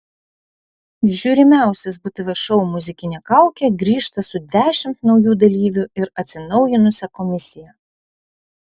žiūrimiausias btv šou muzikinė kaukė grįžta su dešimt naujų dalyvių ir atsinaujinusia komisija